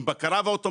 עם בקרה ואוטומציה,